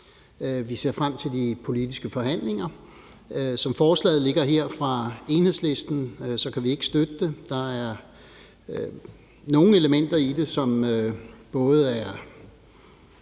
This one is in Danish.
vi ser frem til de politiske forhandlinger. Som forslaget fra Enhedslisten ligger her, kan vi ikke støtte det. Der er nogle elementer i det, som måske